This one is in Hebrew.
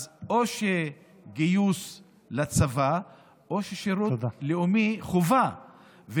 אז או גיוס לצבא או שירות לאומי חובה.